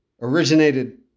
originated